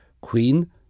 Queen